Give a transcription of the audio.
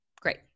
great